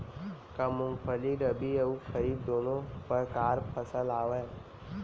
का मूंगफली रबि अऊ खरीफ दूनो परकार फसल आवय?